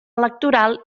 electoral